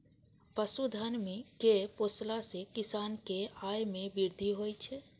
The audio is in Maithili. पशुधन कें पोसला सं किसान के आय मे वृद्धि होइ छै